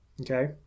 Okay